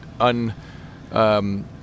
un